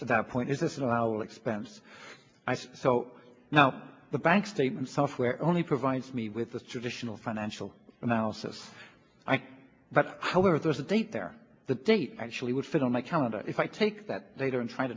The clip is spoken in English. so the point is this is allowable expense so now the bank statement software only provides me with a traditional financial analysis but however there's a date there the date actually would fit on my calendar if i take that later and try